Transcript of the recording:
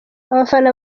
abafana